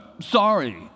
Sorry